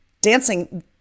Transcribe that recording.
dancing